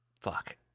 Fuck